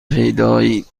پیدایید